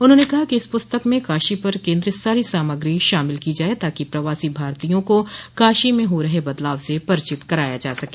उन्होंने कहा कि इस पुस्तक में काशी पर केन्द्रित सारी सामग्री शामिल की जाये ताकि प्रवासी भारतीयों को काशी में हो रहे बदलाव से परिचित कराया जा सके